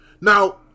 Now